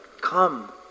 come